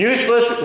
Useless